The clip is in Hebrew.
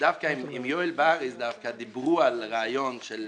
עם יואל באריס דיברו על רעיון של